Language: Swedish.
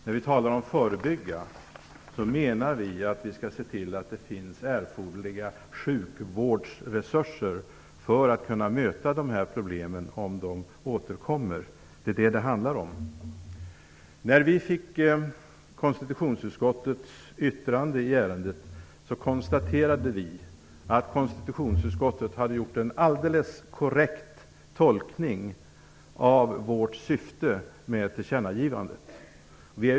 När vi talar om att "förebygga" menar vi att vi skall se till att det finns erforderliga sjukvårdsresurser för att kunna lösa dessa problem om de återkommer. Det är det som det handlar om. När vi fick konstitutionsutskottets yttrande i ärendet konstaterade vi att konstitutionsutskottet hade gjort en alldeles korrekt tolkning av vårt syfte med tillkännagivandet.